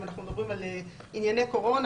אם אנחנו מדברים על ענייני קורונה,